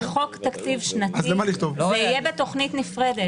בחוק התקציב השנתי זה יהיה בתוכנית נפרדת.